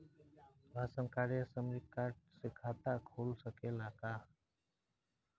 Ration card या श्रमिक card से खाता खुल सकेला का?